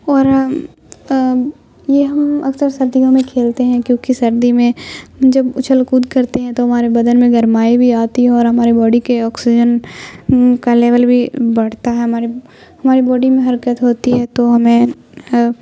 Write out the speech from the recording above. اور یہ ہم اکثر سردیوں میں کھیلتے ہیں کیونکہ سردی میں جب اچھل کود کرتے ہیں تو ہمارے بدن میں گرمائی بھی آتی ہے اور ہمارے باڈی کے آکسیجن کا لیول بھی بڑھتا ہے ہماری ہماری باڈی میں حرکت ہوتی ہے تو ہمیں